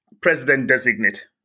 president-designate